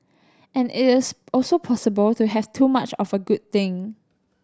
and it is also possible to have too much of a good thing